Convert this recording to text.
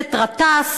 הכנסת גטאס,